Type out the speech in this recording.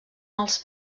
els